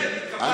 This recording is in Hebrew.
כן, התקפלת.